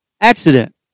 accident